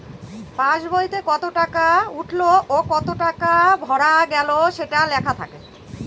pass বইতে কত কত টাকা উঠলো ও কত কত টাকা ভরা গেলো সেটা লেখা থাকে